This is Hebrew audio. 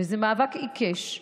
וזה מאבק עיקש.